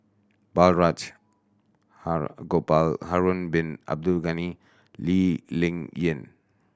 Balraj Gopal Harun Bin Abdul Ghani Lee Ling Yen